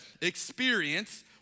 experience